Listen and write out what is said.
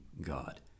God